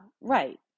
right